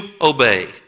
obey